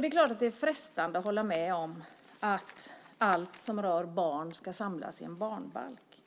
Det är klart att det är frestande att hålla med om att allt som rör barn ska samlas i en barnbalk